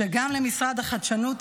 שגם למשרד החדשנות,